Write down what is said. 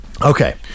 okay